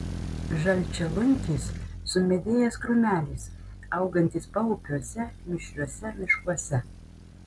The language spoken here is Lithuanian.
žalčialunkis sumedėjęs krūmelis augantis paupiuose mišriuose miškuose